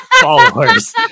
followers